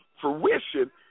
fruition